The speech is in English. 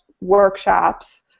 workshops